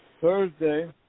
Thursday